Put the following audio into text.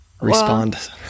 respond